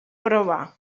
proba